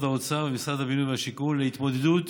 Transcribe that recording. האוצר ומשרד הבינוי והשיכון להתמודדות